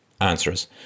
answers